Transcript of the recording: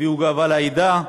הביאו גאווה לעדה.